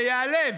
זה יעלה.